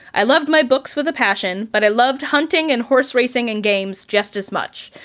i loved my books with a passion, but i loved hunting and horse racing and games just as much.